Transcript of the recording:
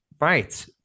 Right